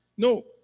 No